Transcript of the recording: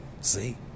See